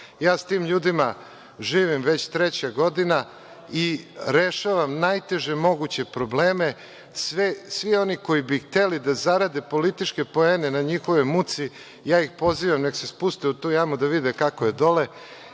Ja s tim ljudima živim već treća godina i rešavam najteže moguće probleme. Svi oni koji bi hteli da zarade političke poene na njihovoj muci, ja ih pozivam nek se spuste u tu jamu da vide kako je dole